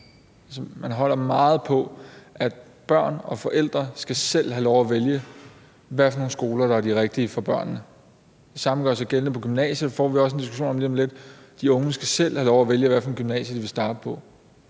Man holder meget på, at børn og forældre selv skal have lov at vælge, hvad for nogle skoler der er de rigtige for børnene. Det samme gør sig gældende på gymnasiet, og det får vi også en diskussion af lige om lidt. De unge skal selv have lov at vælge, hvad for et gymnasium de vil starte på